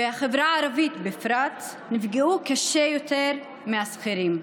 ובחברה הערבית בפרט, נפגעו קשה יותר מהשכירים.